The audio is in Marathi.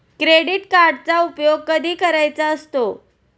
क्रेडिट कार्डचा उपयोग कधी करायचा असतो?